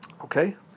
Okay